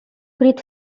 crit